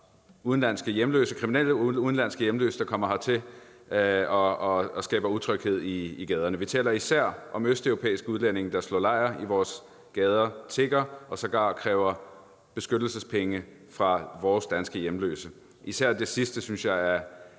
under pres fra kriminelle, udenlandske hjemløse, der kommer hertil og skaber utryghed i gaderne. Vi taler især om østeuropæiske udlændinge, der slår lejr i vores gader, tigger og sågar kræver beskyttelsespenge fra vores danske hjemløse. Især det sidste synes jeg er